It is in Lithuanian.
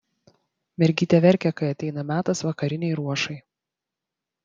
mergytė verkia kai ateina metas vakarinei ruošai